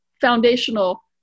foundational